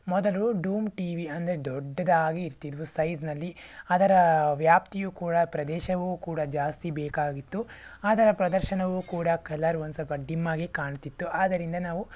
ಮೊದಲು ಡೂಮ್ T V ಅಂದರೆ ದೊಡ್ಡದಾಗಿ ಇರ್ತಿದ್ವು ಸೈಝ್ನಲ್ಲಿ ಅದರ ವ್ಯಾಪ್ತಿಯು ಕೂಡ ಪ್ರದೇಶವು ಕೂಡ ಜಾಸ್ತಿ ಬೇಕಾಗಿತ್ತು ಅದರ ಪ್ರದರ್ಶನವು ಕೂಡ ಕಲರ್ ಒಂದು ಸ್ವಲ್ಪ ಡಿಮ್ಮಾಗೆ ಕಾಣ್ತಿತ್ತು ಆದ್ದರಿಂದ ನಾವು